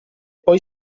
poi